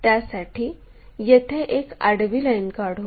त्यासाठी येथे एक आडवी लाईन काढू